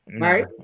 Right